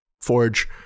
Forge